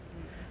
mm